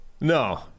no